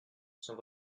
sans